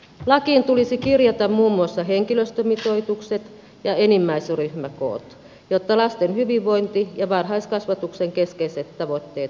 lakiin tulisi kirjata muun muassa henkilöstömitoitukset ja enimmäisryhmäkoot jotta lasten hyvinvointi ja varhaiskasvatuksen keskeiset tavoitteet voitaisiin turvata